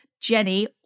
Jenny